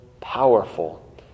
powerful